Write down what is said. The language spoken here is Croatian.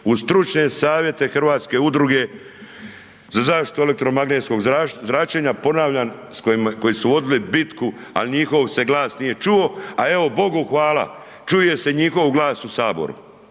uz stručne savjete Hrvatske udruge za zaštitu elektromagnetskog zračenja, ponavljam, koji su vodili bitku, ali njihov se glas nije čuo. Ali evo, Bogu hvala, čuje se njihov glas u Saboru.